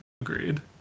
Agreed